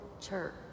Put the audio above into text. church